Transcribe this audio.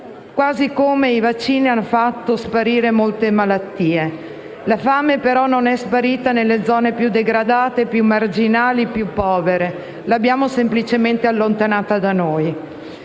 vite, come i vaccini hanno fatto sparire molte malattie. La fame però non è sparita dalle zone più degradate, più marginali, più povere l'abbiamo semplicemente allontanata.